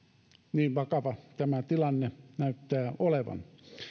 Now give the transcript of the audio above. niin vakava tämä tilanne näyttää olevan